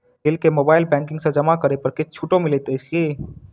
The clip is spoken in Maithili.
बिल केँ मोबाइल बैंकिंग सँ जमा करै पर किछ छुटो मिलैत अछि की?